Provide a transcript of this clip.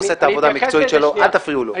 הוא עושה את העבודה המקצועית שלו, אל תפריעו לו.